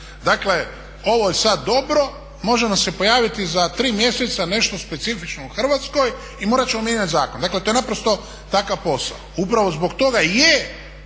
Dakle, ovo je sad dobro, može nam se pojaviti za tri mjeseca nešto specifično u Hrvatskoj i morat ćemo mijenjati zakon. Dakle, to je naprosto takav posao. Upravo zbog toga i